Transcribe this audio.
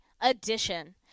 edition